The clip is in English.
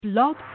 Blog